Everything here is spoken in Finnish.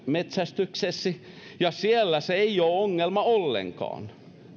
metsästyksessä ja siellä se ei ole ongelma ollenkaan